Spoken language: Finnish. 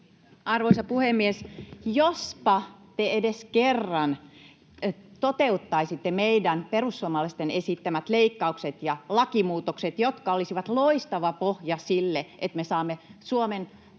Arvoisa puhemies! Jospa te edes kerran toteuttaisitte meidän, perussuomalaisten, esittämät leikkaukset ja lakimuutokset, jotka olisivat loistava pohja sille, että me saamme Suomen